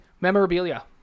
memorabilia